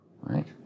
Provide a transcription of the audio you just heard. right